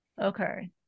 Okay